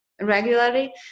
regularly